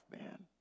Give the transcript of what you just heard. man